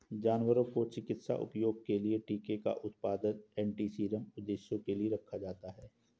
जानवरों को चिकित्सा उपयोग के लिए टीके का उत्पादन और एंटीसीरम उद्देश्यों के लिए रखा जाता है